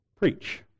preach